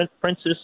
princess